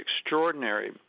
extraordinary